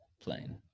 plane